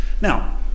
Now